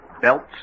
Belts